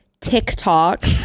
TikTok